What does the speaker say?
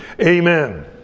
amen